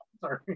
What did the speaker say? Sorry